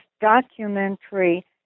documentary